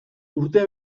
urte